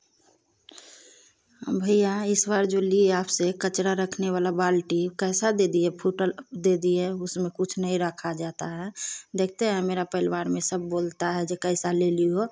भैया इस बार जो लिए आपसे कचड़ा रखने वाला बाल्टी कैसा दे दिए फूटल दे दिए उसमें कुछ नहीं रखा जाता है देखते हैं मेरा परिवार में सब बोलता है जो कैसा ले ल्यु हो